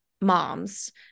moms